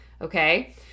Okay